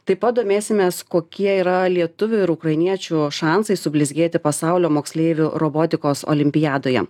taip pat domėsimės kokie yra lietuvių ir ukrainiečių šansai sublizgėti pasaulio moksleivių robotikos olimpiadoje